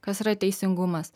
kas yra teisingumas